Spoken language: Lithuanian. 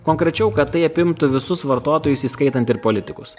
konkrečiau kad tai apimtų visus vartotojus įskaitant ir politikus